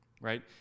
right